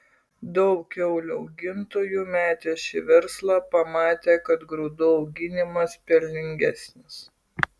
daug kiaulių augintojų metė šį verslą pamatę kad grūdų auginimas pelningesnis